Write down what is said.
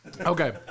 Okay